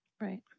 Right